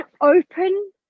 open